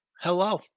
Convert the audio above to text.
hello